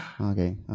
okay